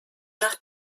nach